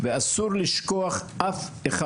ואסור לשכוח אף אחד.